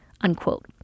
unquote